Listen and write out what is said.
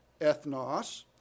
ethnos